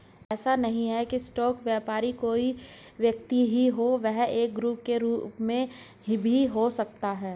ऐसा नहीं है की स्टॉक व्यापारी कोई व्यक्ति ही हो वह एक ग्रुप के रूप में भी हो सकता है